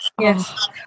Yes